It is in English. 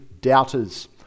doubters